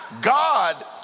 God